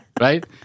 right